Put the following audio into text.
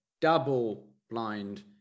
double-blind